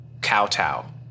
kowtow